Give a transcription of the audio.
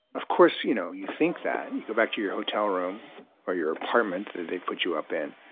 of course, you know, you think that. you go back to your hotel room or your apartment that they put you up in.